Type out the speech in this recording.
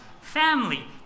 family